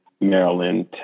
Maryland